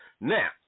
Now